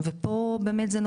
ואחרי זה אני אתייחס.